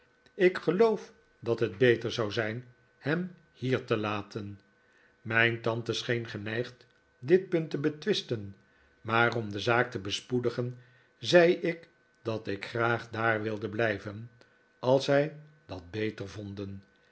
ik geloof dat het beter zou zijn hem hier te laten mijn tante scheen geneigd dit punt te betwisten maar om de zaak te bespoedigen zei ik dat ik graag daar wilde blijven als zij dat beter vonden